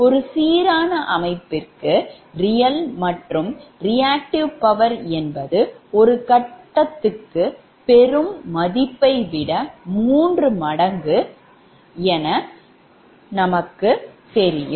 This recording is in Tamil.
ஒரு சீரான அமைப்புக்கு real மற்றும் reactive power என்பது ஒரு கட்டத்துக்கு பெறும் மதிப்பை விட 3 மடங்கு என இருக்கும்